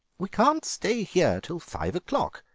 we can't stay here till five o'clock,